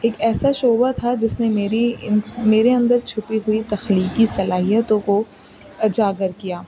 ایک ایسا شعبہ تھا جس نے میری میرے اندر چھپی ہوئی تخلیقی صلاحیتوں کو اجاگر کیا